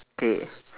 okay